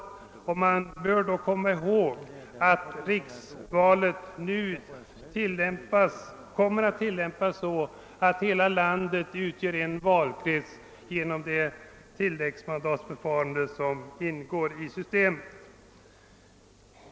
Man bör då hålla i minnet att riksvalet kommer att ske på ett sådant sätt att hela landet utgör en valkrets genom det tilläggsmandatförfarande som ingår i systemet.